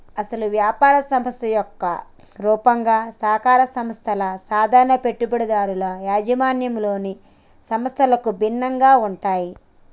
అసలు యాపార సంస్థ యొక్క రూపంగా సహకార సంస్థల సాధారణ పెట్టుబడిదారుల యాజమాన్యంలోని సంస్థలకు భిన్నంగా ఉంటాయి